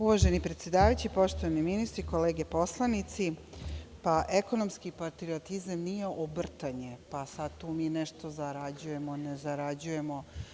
Uvaženi predsedavajući, poštovani ministri, kolege poslanici, ekonomski patriotizam nije obrtanje, pa sad tu mi nešto zarađujemo, ne zarađujemo.